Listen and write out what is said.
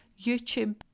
YouTube